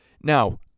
Now